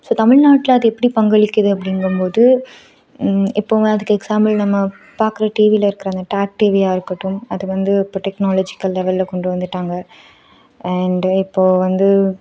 so தமிழ்நாட்டில் அது எப்படி பங்களிக்கிது அப்படிங்கம்போது இப்போது அதுக்கு எக்ஸாம்பிள் நம்ம பார்க்குற டிவியில் இருக்கிறவங்க டாக் டிவியா இருக்கட்டும் அது வந்து இப்போ டெக்னாலஜிக்கல் லெலில் கொண்டு வந்துட்டாங்க அண்டு இப்போ வந்து